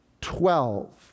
Twelve